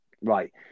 right